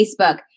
Facebook